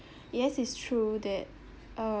yes it's true that uh